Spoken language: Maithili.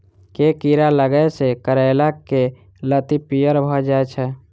केँ कीड़ा लागै सऽ करैला केँ लत्ती पीयर भऽ जाय छै?